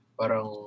parang